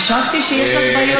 חשבתי שיש לך בעיות עם החוק שלי.